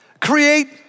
create